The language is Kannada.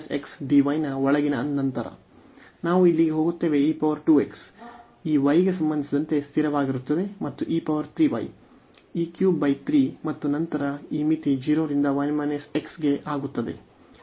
ನಾವು ಇಲ್ಲಿಗೆ ಹೋಗುತ್ತೇವೆ ಈ y ಗೆ ಸಂಬಂಧಿಸಿದಂತೆ ಸ್ಥಿರವಾಗಿರುತ್ತದೆ ಮತ್ತು ಮತ್ತು ನಂತರ ಈ ಮಿತಿ 0 ರಿಂದ 1 x ಗೆ ಆಗುತ್ತದೆ